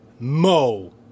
Mo